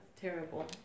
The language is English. terrible